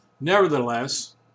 Nevertheless